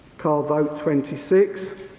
card vote twenty six,